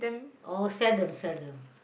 oh seldom seldom